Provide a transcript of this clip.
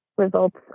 results